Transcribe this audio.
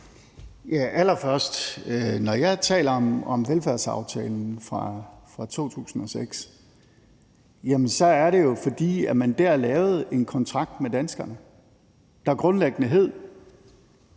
Allerførst: Når jeg taler om velfærdsaftalen fra 2006, er det jo, fordi man der lavede en kontrakt med danskerne, der grundlæggende hed,